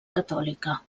catòlica